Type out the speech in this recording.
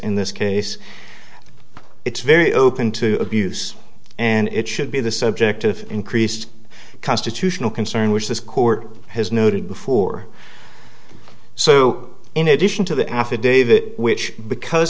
in this case it's very open to abuse and it should be the subject of increased constitutional concern which this court has noted before so in addition to the affidavit which because